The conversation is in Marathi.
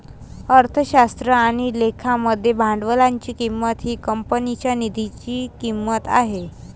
अर्थशास्त्र आणि लेखा मध्ये भांडवलाची किंमत ही कंपनीच्या निधीची किंमत आहे